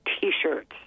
T-shirts